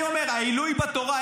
אני אומר: העילויים בתורה,